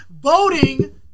voting